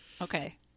Okay